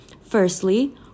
Firstly